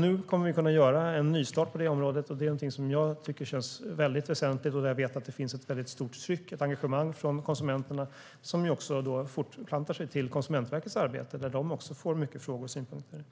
Nu kommer vi att kunna göra en nystart på det området, och det är någonting som jag tycker känns väldigt väsentligt. Jag vet också att det finns ett väldigt stort tryck och ett engagemang från konsumenterna som fortplantar sig till Konsumentverkets arbete, där de också får många frågor och synpunkter.